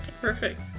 perfect